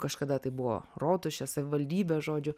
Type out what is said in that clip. kažkada tai buvo rotušė savivaldybė žodžiu